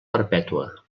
perpètua